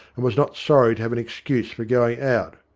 and was not sorry to have an excuse for going out.